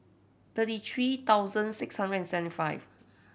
thirty three thousand six hundred and seventy five